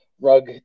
rug